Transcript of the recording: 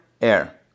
Air